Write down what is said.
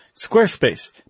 Squarespace